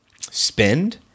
spend